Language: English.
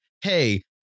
Hey